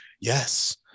yes